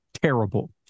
terrible